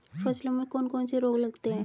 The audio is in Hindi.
फसलों में कौन कौन से रोग लगते हैं?